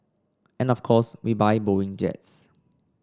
and of course we buy Boeing jets